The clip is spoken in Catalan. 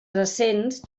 recents